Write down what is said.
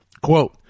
quote